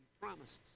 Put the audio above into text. promises